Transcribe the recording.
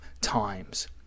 times